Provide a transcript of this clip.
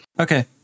Okay